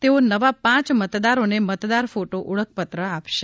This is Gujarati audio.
તેઓ નવા પાંય મતદારોને મતદાર ફોટો ઓળખ પત્ર આપશે